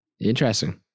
interesting